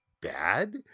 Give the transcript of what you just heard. bad